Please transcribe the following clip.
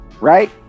right